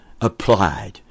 applied